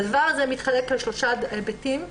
והדבר הזה מתחלק לשלושה היבטים.